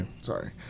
Sorry